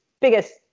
biggest